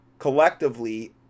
collectively